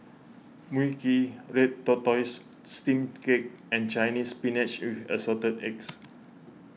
Mui Kee Red Tortoise Steamed Cake and Chinese Spinach with Assorted Eggs